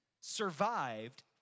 survived